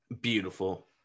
beautiful